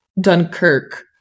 dunkirk